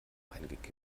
reingekippt